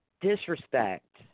disrespect